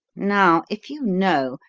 now, if you know,